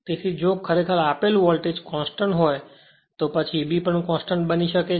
તેથી જો ખરેખર આપેલ વોલ્ટેજ કોંસ્ટંટ હોય છે તો પછી Eb પણ કોંસ્ટંટ બની શકે છે